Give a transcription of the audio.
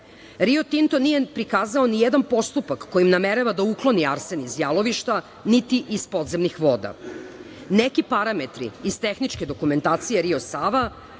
Tinto nije prikazo ni jedan postupak kojim namerava da ukloni arsen iz jalovišta, niti iz podzemnih voda. Neki parametri iz tehničke dokumentacije Rio Sava,